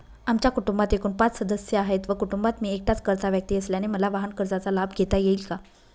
आमच्या कुटुंबात एकूण पाच सदस्य आहेत व कुटुंबात मी एकटाच कर्ता व्यक्ती असल्याने मला वाहनकर्जाचा लाभ घेता येईल का?